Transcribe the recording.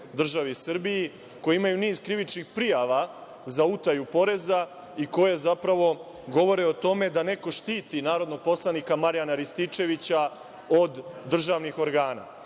državi Srbiji, koje imaju niz krivičnih prijava za utaju poreza, i koje zapravo govore o tome da neko štiti narodnog poslanika Marjana Rističevića, od državnih organa.